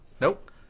Nope